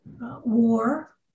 war